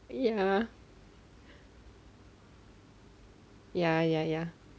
ya ya ya ya